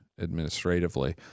administratively